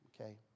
okay